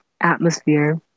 atmosphere